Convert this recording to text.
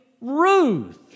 Ruth